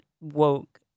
woke